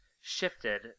shifted